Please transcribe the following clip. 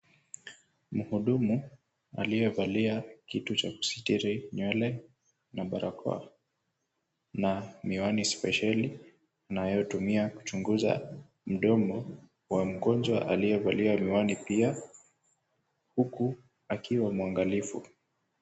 Mhudumu aliyevalia kitu cha usitiri nywele, na barakoa, na miwani spesheli anayotumia kuchunguza mdomo wa mgonjwa aliyevalia miwani pia, huku akiwa mwangalifu.